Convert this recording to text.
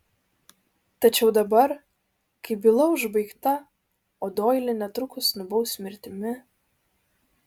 tačiau dabar kai byla užbaigta o doilį netrukus nubaus mirtimi